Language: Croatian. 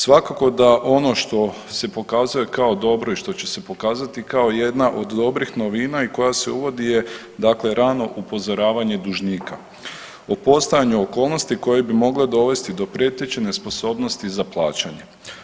Svakako da ono što se pokazuje kao dobro i što će pokazati kao jedna od dobrih novina i koje se uvodi je dakle rano upozoravanje dužnika o postojanju okolnosti koje bi mogle dovesti do prijeteće nesposobnosti za plaćanje.